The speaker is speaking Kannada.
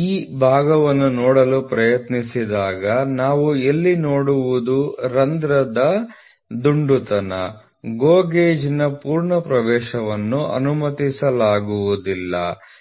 ಈ ಭಾಗವನ್ನು ನೋಡಲು ಪ್ರಯತ್ನಿಸಿದಾಗ ನಾವು ಇಲ್ಲಿ ನೋಡುವುದು ರಂಧ್ರದ ದುಂಡುತನ GO ಗೇಜ್ನ ಪೂರ್ಣ ಪ್ರವೇಶವನ್ನು ಅನುಮತಿಸಲಾಗುವುದಿಲ್ಲ